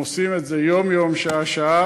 הם עושים את זה יום-יום ושעה-שעה.